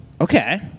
Okay